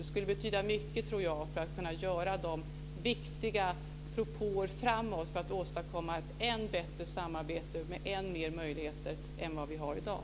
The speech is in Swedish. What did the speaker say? Det skulle betyda mycket, tror jag, när det gäller de viktiga propåerna framåt för att åstadkomma ett än bättre samarbete med än fler möjligheter än vad vi har i dag.